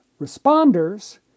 Responders